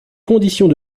conditions